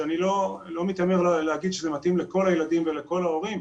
אני לא מתיימר להגיד שזה מתאים לכל הילדים ולכל ההורים,